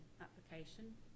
application